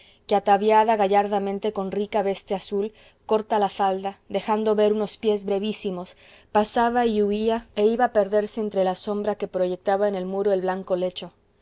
que ataviada gallardamente con rica veste azul corta la falda dejando ver unos pies brevísimos pasaba y huía e iba a perderse entre la sombra que proyectaba en el muro el blanco lecho